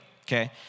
Okay